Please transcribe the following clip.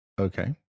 Okay